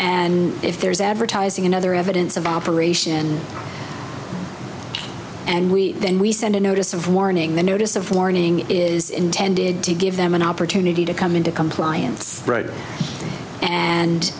and if there's advertising and other evidence of operation and we then we send a notice of warning the notice of warning is intended to give them an opportunity to come into compliance